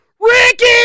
Ricky